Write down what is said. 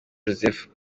joseph